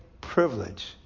privilege